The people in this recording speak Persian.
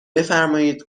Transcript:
بفرمایید